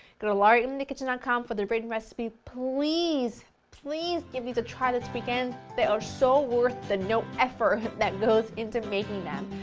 go to laurainthekitchen dot com for the written recipe, please please give these a try this weekend, they are so worth the no-effort that goes into making them,